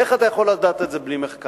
איך אתה יכול לדעת את זה בלי מחקר?